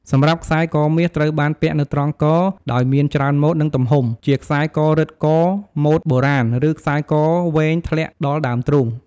សម្រាប់ខ្សែកមាស ត្រូវបានពាក់នៅត្រង់ក ដោយមានច្រើនម៉ូដ និងទំហំ ជាខ្សែករឹតក ម៉ូដបុរាណ ឬខ្សែកវែងធ្លាក់ដល់ដើមទ្រូង។